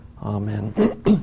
Amen